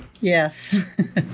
Yes